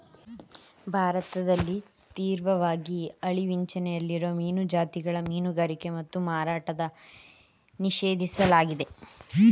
ಭಾರತದಲ್ಲಿ ತೀವ್ರವಾಗಿ ಅಳಿವಿನಂಚಲ್ಲಿರೋ ಮೀನು ಜಾತಿಗಳ ಮೀನುಗಾರಿಕೆ ಮತ್ತು ಮಾರಾಟನ ನಿಷೇಧಿಸ್ಲಾಗಯ್ತೆ